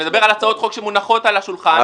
שמדבר על הצעות חוק שמונחות על השולחן,